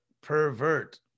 pervert